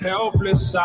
Helpless